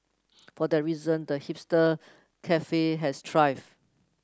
for that reason the hipster cafe has thrived